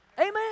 Amen